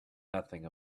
nothing